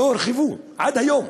ולא הורחבו עד היום,